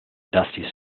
dusty